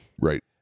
Right